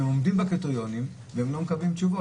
הם עומדים בקריטריונים, והם לא מקבלים תשובות.